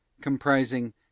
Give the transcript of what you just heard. comprising